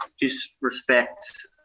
disrespect